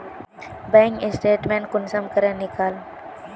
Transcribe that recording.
Bank statement कुंसम करे निकलाम?